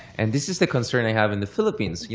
and this is the concern i have in the philippines. you